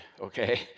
okay